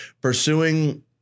Pursuing